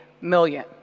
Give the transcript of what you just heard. million